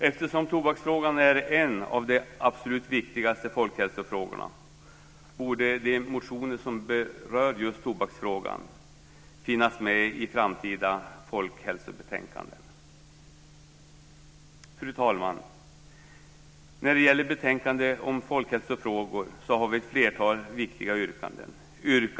Eftersom tobaksfrågan är en av de absolut viktigaste folkhälsofrågorna borde de motioner som berör just tobaksfrågan finnas med i framtida folkhälsobetänkanden. Fru talman! När det gäller betänkandet om folkhälsofrågor har vi ett flertal viktiga yrkanden.